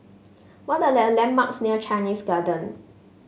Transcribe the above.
what are the landmarks near Chinese Garden